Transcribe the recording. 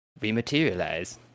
rematerialize